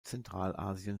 zentralasien